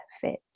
fit